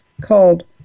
called